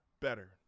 better